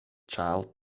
child